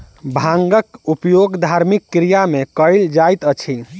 भांगक उपयोग धार्मिक क्रिया में कयल जाइत अछि